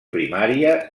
primària